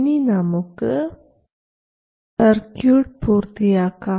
ഇനി നമുക്ക് സർക്യൂട്ട് പൂർത്തിയാക്കാം